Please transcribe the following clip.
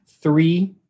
three